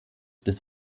des